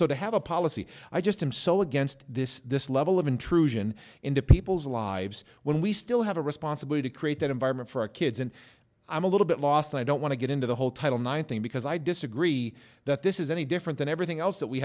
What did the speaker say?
to have a policy i just i'm so against this this level of intrusion into people's lives when we still have a responsibly to create that environment for our kids and i'm a little bit lost i don't want to get into the whole title nine thing because i disagree that this is any different than everything else that we